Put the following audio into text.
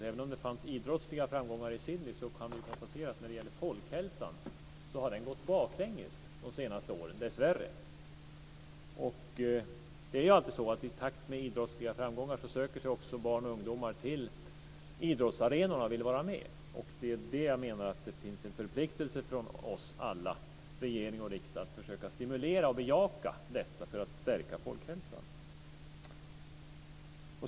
Även om det fanns idrottsliga framgångar i Sydney kan vi konstatera att det när det gäller folkhälsan har gått baklänges de senaste åren, dessvärre. I takt med idrottsliga framgångar söker sig barn och ungdomar till idrottsarenorna och vill vara med. Jag menar att det finns en förpliktelse för oss alla i regeringen och i riksdagen att försöka stimulera och bejaka detta för att stärka folkhälsan.